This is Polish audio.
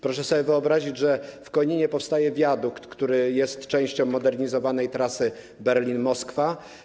Proszę sobie wyobrazić, że w Koninie powstaje wiadukt, który jest częścią modernizowanej trasy Berlin - Moskwa.